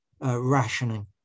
rationing